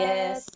Yes